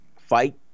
fight